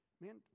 man